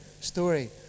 story